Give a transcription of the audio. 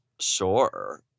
Sure